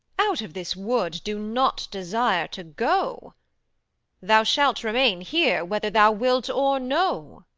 out of this wood do not desire to go thou shalt remain here whether thou wilt or no.